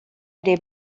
ere